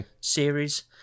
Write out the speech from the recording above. series